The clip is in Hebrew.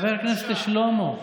חבר הכנסת שלמה.